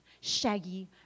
shaggy